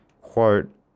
quote